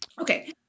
Okay